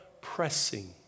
pressing